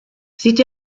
sieht